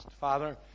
Father